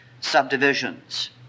subdivisions